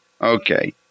okay